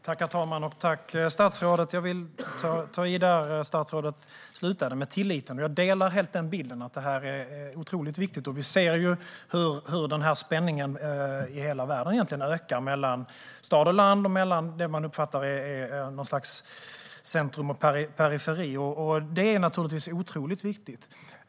Herr talman! Jag tackar statsrådet för detta. Jag vill fortsätta där statsrådet slutade, med tilliten. Jag delar helt bilden att detta är otroligt viktigt. Vi ser hur denna spänning mellan stad och land och mellan det som man uppfattar som något slags centrum och det som man uppfattar som något slags periferi egentligen ökar i hela världen. Det är naturligtvis otroligt viktigt.